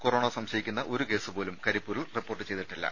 corona സംശയിക്കുന്ന ഒരു കേസുപോലും കരിപ്പൂരിൽ റിപ്പോർട്ട് ചെയ്തിട്ടില്ല